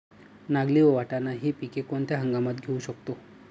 नागली आणि वाटाणा हि पिके कोणत्या हंगामात घेऊ शकतो?